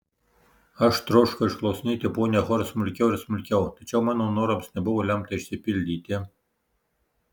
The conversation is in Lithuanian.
aš troškau išklausinėti ponią hor smulkiau ir smulkiau tačiau mano norams nebuvo lemta išsipildyti